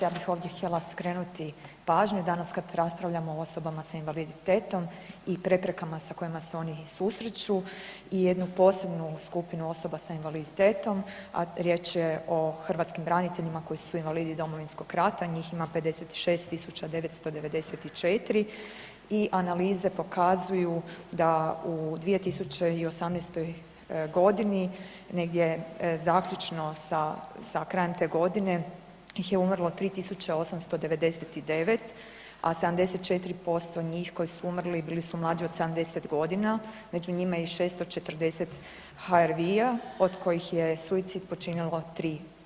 Ja bih ovdje htjela skrenuti pažnju i danas kad raspravljamo o osobama sa invaliditetom i preprekama sa kojima se oni susreću i jednu posebnu skupinu osoba sa invaliditetom, a riječ je o hrvatskim braniteljima koji su invalidi Domovinskog rata, njih ima 56994 i analize pokazuju da u 2018.g. negdje zaključno sa, sa krajem te godine ih je umrlo 3899, a 74% njih koji su umrli bili su mlađi od 70.g., među njima je i 640 HRVI-a od kojih je suicid počinilo 3%